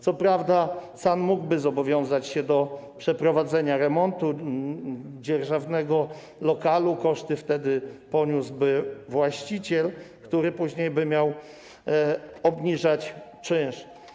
Co prawda SAN mógłby zobowiązać się do przeprowadzenia remontu dzierżawnego lokalu, koszty wtedy poniósłby właściciel, który później by miał obniżać czynsz.